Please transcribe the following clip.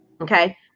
Okay